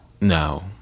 No